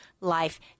life